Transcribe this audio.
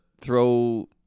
throw